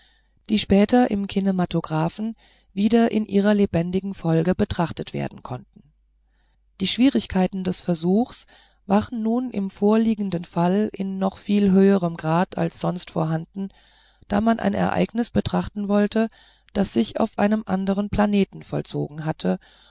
die später im kinematograph wieder in ihrer lebendigen folge betrachtet werden konnten die schwierigkeiten des versuchs waren nun im vorliegenden fall in noch viel höherem grad als sonst vorhanden da man ein ereignis betrachten wollte das sich auf einem andern planeten vollzogen hatte